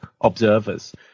observers